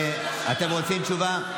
אתם רוצים תשובה?